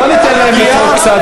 בוא ניתן להם לצעוק קצת,